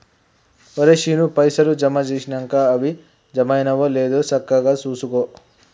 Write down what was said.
ఒరే శీనూ, పైసలు జమ జేసినంక అవి జమైనయో లేదో సక్కగ జూసుకో